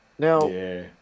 Now